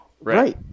right